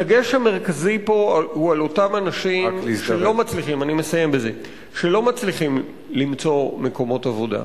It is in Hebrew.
הדגש המרכזי פה הוא על אותם אנשים שלא מצליחים למצוא מקומות עבודה.